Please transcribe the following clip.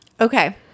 okay